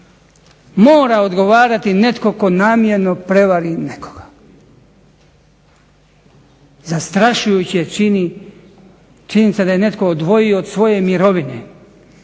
Mora odgovarati netko tko namjerno prevari nekoga. Zastrašujuće čini činjenica da je netko odvojio od svoje mirovine,